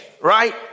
right